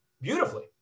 beautifully